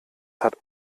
hat